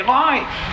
life